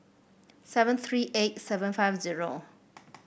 seven three eight seven five zero